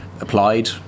applied